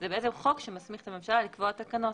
זה בעצם חוק שמסמיך את הממשלה לקבוע תקנות.